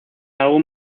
algún